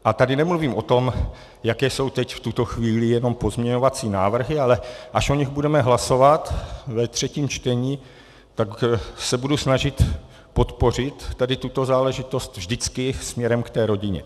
A tady nemluvím o tom, jaké jsou teď v tuto chvíli jenom pozměňovací návrhy, ale až o nich budeme hlasovat ve třetím čtení, tak se budu snažit podpořit tuto záležitost vždycky směrem k rodině.